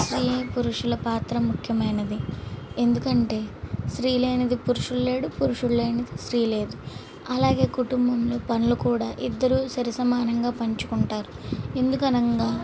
స్త్రీ పురుషుల పాత్ర ముఖ్యమైనవి ఎందుకంటే స్త్రీ లేనిది పురుషుడు లేడు పురుషుడు లేనిది స్త్రీ లేదు అలాగే కుటుంబంలో పనులు కూడా ఇద్దరు సరిసమానంగా పంచుకుంటారు ఎందుకనగా